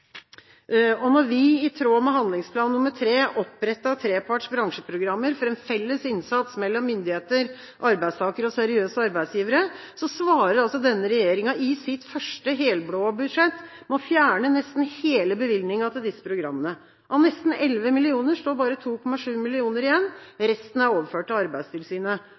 I tråd med handlingsplan nr. 3 opprettet vi treparts bransjeprogrammer for en felles innsats mellom myndigheter, arbeidstakere og seriøse arbeidsgivere, men i sitt første helblå budsjett svarer denne regjeringa med å fjerne nesten hele bevilgninga til disse programmene. Av nesten 11 mill. kr står bare 2,7 mill. kr igjen. Resten er overført til Arbeidstilsynet. Det er for så vidt positivt at regjeringa styrker Arbeidstilsynet,